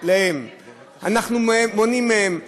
אנחנו מונעים מהם זכויות,